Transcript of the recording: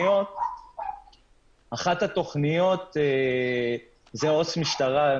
אחת התכניות זה עו"ס משטרה,